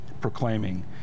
proclaiming